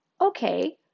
Okay